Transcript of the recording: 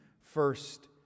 first